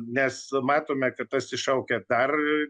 nes matome kad tas iššaukia dar